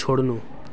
छोड्नु